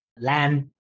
land